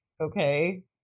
okay